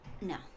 No